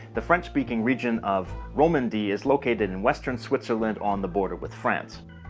the french-speaking region of romandie is located in western switzerland on the border with france.